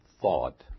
thought